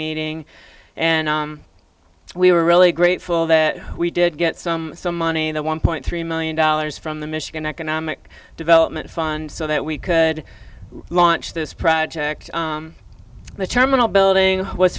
meeting and we were really grateful that we did get some money in the one point three million dollars from the michigan economic development fund so that we could launch this project the terminal building was